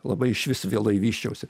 labai išvis vėlai vysčiausi